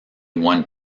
one